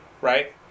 right